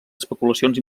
especulacions